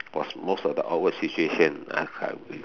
was most of the awkward situation I have been